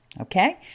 Okay